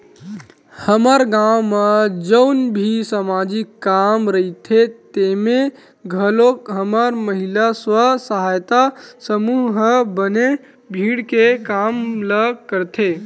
हमर गाँव म जउन भी समाजिक काम रहिथे तेमे घलोक हमर महिला स्व सहायता समूह ह बने भीड़ के काम ल करथे